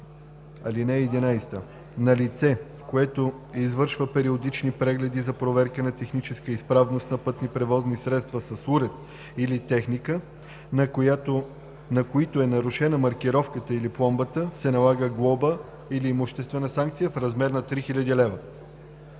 11: „(11) На лице, което извършва периодични прегледи за проверка на техническата изправност на пътни превозни средства с уреди или техника, на които е нарушена маркировката или пломбата се налага глоба или имуществена санкция в размер 3000 лв.“